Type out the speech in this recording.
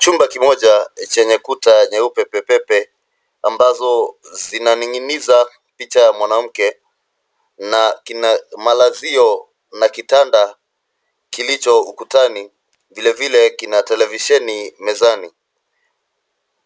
Chumba kimoja chenye kuta nyeupe pepepe ambazo zinaning'iniza picha ya mwanamke na kina malazio na kitanda kilicho ukutani. Vilevile kina televisheni mezani.